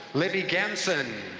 libby gansen,